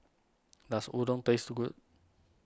does Udon taste good